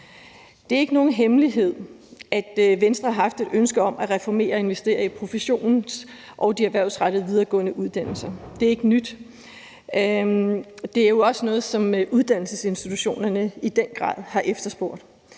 Det er ikke nogen hemmelighed, at Venstre har haft et ønske om at reformere og investere i professions- og erhvervsrettede videregående uddannelser. Det er ikke nyt, og det er jo også noget, som uddannelsesinstitutionerne i den grad har efterspurgt.